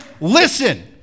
listen